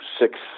six